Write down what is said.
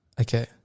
Okay